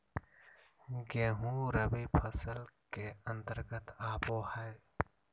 गेंहूँ रबी फसल के अंतर्गत आबो हय